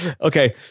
Okay